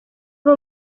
ari